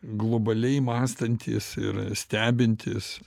globaliai mąstantys ir stebintys